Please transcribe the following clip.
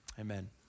Amen